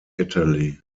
italy